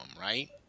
right